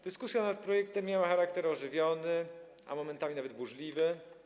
Dyskusja nad projektem miała charakter ożywiony, a momentami nawet burzliwy.